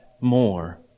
more